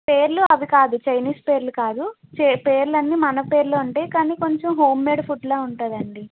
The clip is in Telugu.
పేర్లు అవి కాదు చైనీస్ పేర్లు కాదు పేర్లన్నీ మన పేర్లే ఉంటాయి కానీ కొంచెం హోమ్ మేడ్ ఫుడ్లా ఉంటుందండి